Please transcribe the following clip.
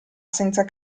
senza